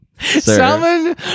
Salmon